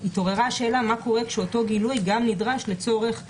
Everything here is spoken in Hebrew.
התעוררה השאלה מה קורה כשאותו גילוי גם נדרש לצורך אספה,